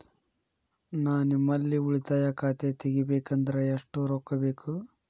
ನಾ ನಿಮ್ಮಲ್ಲಿ ಉಳಿತಾಯ ಖಾತೆ ತೆಗಿಬೇಕಂದ್ರ ಎಷ್ಟು ರೊಕ್ಕ ಬೇಕು?